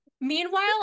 Meanwhile